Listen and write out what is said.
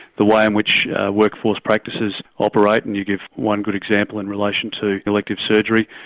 the way in which workforce practices operate, and you give one good example in relation to elective surgery.